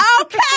Okay